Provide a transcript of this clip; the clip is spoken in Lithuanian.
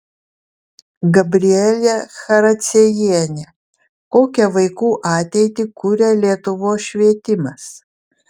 gabrielė characiejienė kokią vaikų ateitį kuria lietuvos švietimas